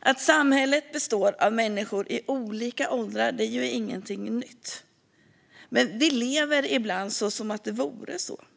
Att samhället består av människor i olika åldrar är ju inget nytt, men vi lever ibland som om det vore det.